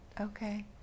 okay